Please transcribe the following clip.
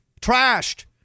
trashed